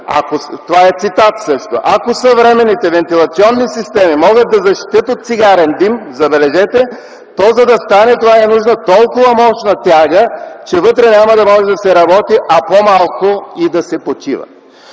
също е цитат: „Ако съвременните вентилационни системи могат да защитят от цигарен дим,” – забележете – „то, за да стане това, е нужна толкова мощна тяга, че вътре няма да може да се работи, а по-малко и да се почива”.